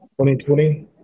2020